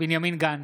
בנימין גנץ,